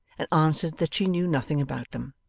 and answered that she knew nothing about them.